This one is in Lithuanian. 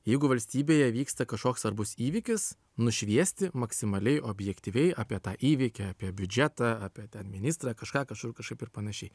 jeigu valstybėje vyksta kažkoks svarbus įvykis nušviesti maksimaliai objektyviai apie tą įvykį apie biudžetą apie ten ministrą kažką kažkur kažkaip ir panašiai